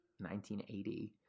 1980